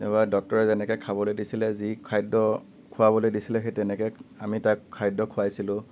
এইবোৰ ডক্তৰে যেনেকৈ খাবলৈ দিছিলে যি খাদ্য খুৱাবলৈ দিছিলে সেই তেনেকৈ আমি তাক খাদ্য খুৱাইছিলোঁ